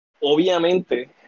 obviamente